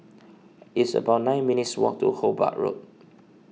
it's about nine minutes' walk to Hobart Road